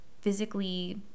physically